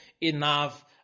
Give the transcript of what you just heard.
enough